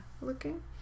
Looking